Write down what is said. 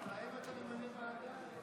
גם להם אתה ממנה ועדה?